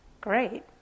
great